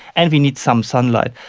and we need some sunlight.